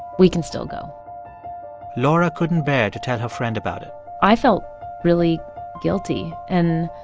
we can still go laura couldn't bear to tell her friend about it i felt really guilty. and,